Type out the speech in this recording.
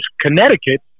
Connecticut